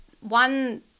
one